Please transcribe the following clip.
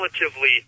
relatively